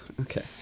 Okay